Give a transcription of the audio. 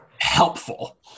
helpful